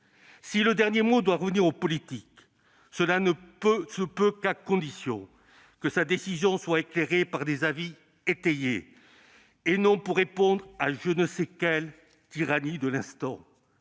Si le dernier mot doit revenir au politique, cela ne doit être qu'en vertu d'une décision éclairée par des avis étayés et non pour répondre à je ne sais quelle tyrannie de l'instant,